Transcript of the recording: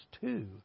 two